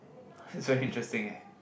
it's very interesting eh